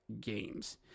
games